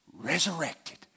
resurrected